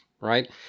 right